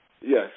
yes